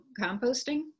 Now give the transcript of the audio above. composting